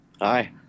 Hi